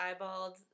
eyeballed